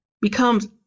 becomes